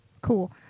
Cool